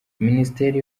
minisiteri